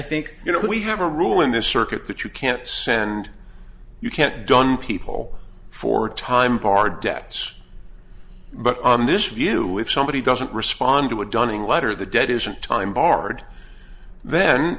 think you know we have a rule in this circuit that you can't send you can't be done people for time bar debts but on this view if somebody doesn't respond to a dunning letter the debt isn't time barred then